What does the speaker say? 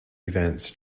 events